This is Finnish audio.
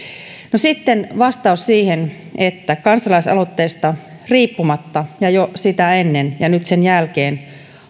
sitten vastaus siihen että kansalaisaloitteesta riippumatta jo sitä ennen ja nyt sen jälkeen